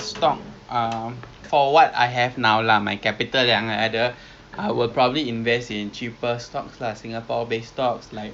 ya tapi itu my thing lah on stocks